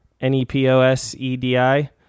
N-E-P-O-S-E-D-I